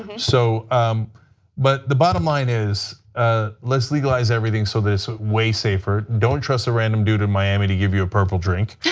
um so um but the bottom line is, ah let's legalize everything so that's way safer. don't trust a random dude in miami to give you a purple drank.